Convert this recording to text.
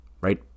right